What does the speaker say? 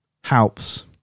helps